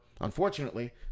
unfortunately